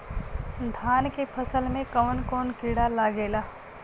धान के फसल मे कवन कवन कीड़ा लागेला?